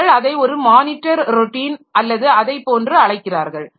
அவர்கள் அதை ஒரு மானிட்டர் ராெட்டின் அல்லது அதை போன்று அழைக்கிறார்கள்